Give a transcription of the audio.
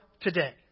today